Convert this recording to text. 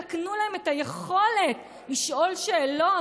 תקנו להם את היכולת לשאול שאלות,